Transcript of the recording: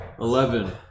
Eleven